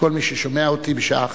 וכל מי ששומע אותי: בשעה